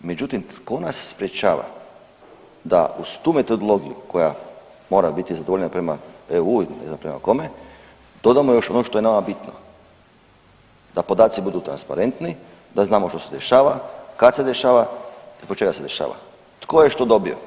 Međutim, tko nas sprječava da uz tu metodologiju koja mora biti zadovoljena prema EU ili ne znam prema kome, dodamo još ono što ja nama bitno da podaci budu transparentni, da znamo što se dešava, kad se dešava i zbog čega se dešava, tko je što dobio.